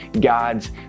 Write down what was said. God's